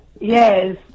Yes